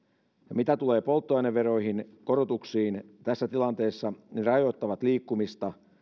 mitä tulee polttoaineveroihin korotuksiin tässä tilanteessa ne ne rajoittavat liikkumista